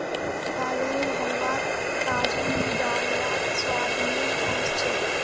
गाजरेर हलवात काजू नी डाल लात स्वाद नइ ओस छेक